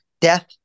death